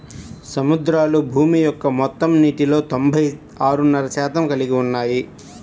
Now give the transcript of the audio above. సముద్రాలు భూమి యొక్క మొత్తం నీటిలో తొంభై ఆరున్నర శాతం కలిగి ఉన్నాయి